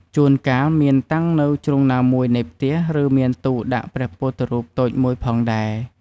ជួនកាលមានតាំងនៅជ្រុងណាមួយនៃផ្ទះ ឬមានទូដាក់ព្រះពុទ្ធរូបតូចមួយផងដែរ។